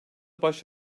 baş